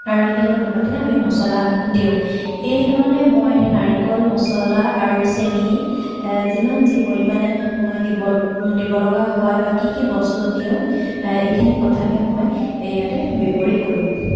আৰু সেই অনুপাতে আমি মছলা দিওঁ এইধৰণে মই নাৰিকল মছলা আৰু চেনি যিমান যি পৰিমাণে মই দিব দিব লগা হয় বা কি কি বস্তু দিওঁ এইখিনি কথাকে মই ইয়াতে বিবৰি ক'লোঁ